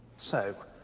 so,